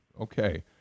Okay